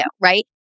Right